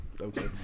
Okay